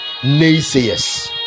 naysayers